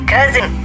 Cousin